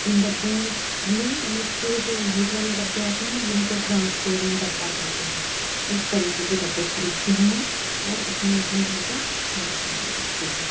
इन डिब्बों में नेट के जो वाइट वाले डिब्बे आते हैं ना जिनको ट्रांसपेरेंट डिब्बे कहते हैं उस तरीके के डिब्बे खरीदता हूँ मैं और उसमें अपने घर का सारा सामान रखती हूँ